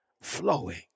flowing